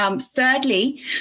Thirdly